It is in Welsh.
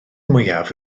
mwyaf